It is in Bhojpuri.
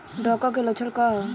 डकहा के लक्षण का वा?